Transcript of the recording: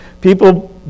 People